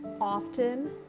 often